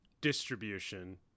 distribution